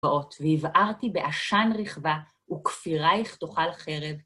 והבערתי בעשן רכבה וכפיריך תאכל חרב